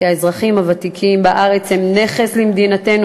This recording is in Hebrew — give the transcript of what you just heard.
כי האזרחים הוותיקים בארץ הם נכס למדינתנו